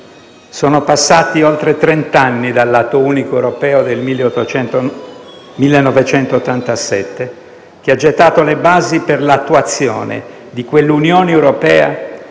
Sono passati oltre trent'anni dall'Atto unico europeo del 1987, che ha gettato le basi per l'attuazione di quell'Unione europea